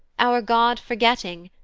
our god forgetting,